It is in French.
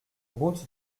route